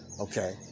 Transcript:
Okay